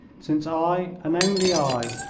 since i and only i,